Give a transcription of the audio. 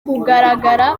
kugaragara